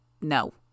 No